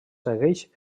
segueix